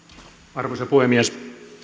arvoisa puhemies